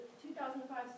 2005